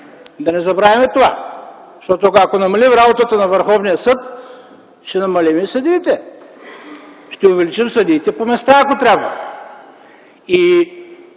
Да не забравяме това! Защото, ако намалим работата на Върховния съд, ще намалим и съдиите. Ще увеличим съдиите по места, ако трябва. И